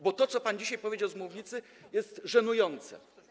Bo to, co pan dzisiaj powiedział z mównicy, jest żenujące.